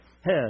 head